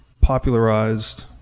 popularized